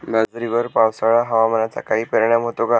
बाजरीवर पावसाळा हवामानाचा काही परिणाम होतो का?